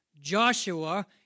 Joshua